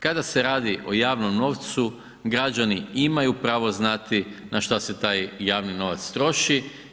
Kada se radi o javnom novcu građani imaju pravo znati na šta se taj javni novac troši.